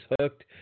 hooked